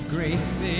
Grace